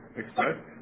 expect